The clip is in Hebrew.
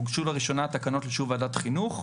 הוגשו לראשונה תקנות לאישור ועדת חינוך.